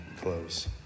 close